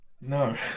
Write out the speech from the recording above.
No